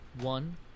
One